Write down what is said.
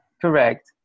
correct